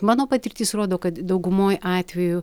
mano patirtis rodo kad daugumoj atvejų